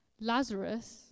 Lazarus